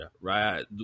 Right